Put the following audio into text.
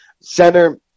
center